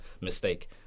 mistake